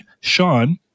Sean